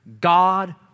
God